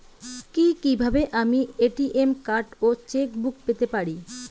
কি কিভাবে আমি এ.টি.এম কার্ড ও চেক বুক পেতে পারি?